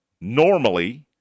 normally